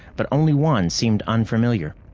but only one seemed unfamiliar.